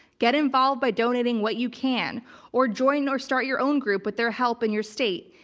get involved by donating what you can or join or start your own group with their help in your state.